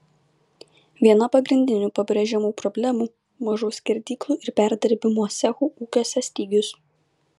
viena pagrindinių pabrėžiamų problemų mažų skerdyklų ir perdirbimo cechų ūkiuose stygius